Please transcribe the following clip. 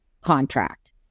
contract